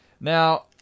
Now